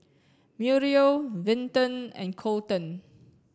Muriel Vinton and Colten